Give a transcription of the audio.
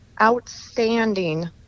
outstanding